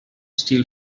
steal